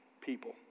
people